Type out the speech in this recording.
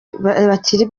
bakiri